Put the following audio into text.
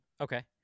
Okay